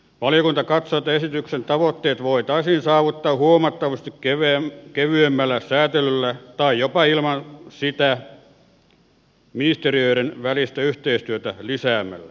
valiokunta katsoo että esityksen tavoitteet voitaisiin saavuttaa huomattavasti kevyemmällä sääntelyllä tai jopa ilman sitä ministeriöiden välistä yhteistyötä lisäämällä